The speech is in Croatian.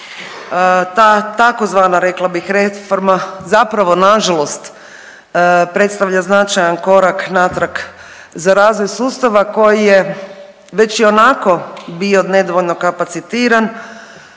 Ta tzv. rekla bih reforma zapravo nažalost predstavlja značajan korak natrag za razvoj sustava koji je već i onako bio nedovoljno kapacitiran,